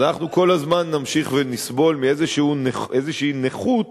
אז אנחנו כל הזמן נמשיך ונסבול מאיזושהי נכות